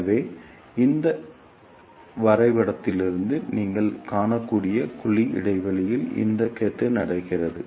எனவே இந்த வரைபடத்திலிருந்து நீங்கள் காணக்கூடியபடி குழி இடைவெளியில் இந்த கொத்து நடைபெறுகிறது